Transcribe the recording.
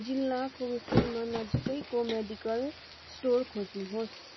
जिल्ला कोबिसिलमा नजिकैको मेडिकल स्टोर खोज्नुहोस्